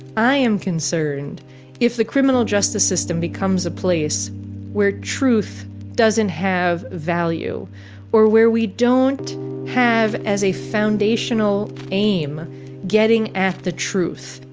i am concerned if the criminal justice system becomes a place where truth doesn't have value or where we don't have as a foundational aim getting at the truth.